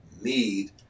need